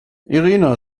irina